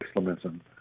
Islamism